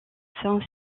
saint